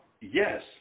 Yes